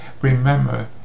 remember